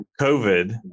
covid